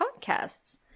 podcasts